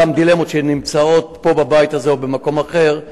אותן דילמות שנמצאות פה בבית הזה או במקום אחר,